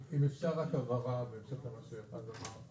אם אפשר רק הבהרה בהמשך למה שרז אמר,